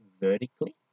vertically